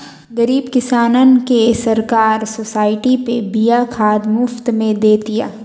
गरीब किसानन के सरकार सोसाइटी पे बिया खाद मुफ्त में दे तिया